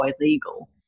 illegal